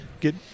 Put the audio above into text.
get